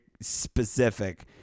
specific